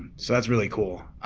so that's really cool.